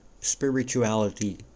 spirituality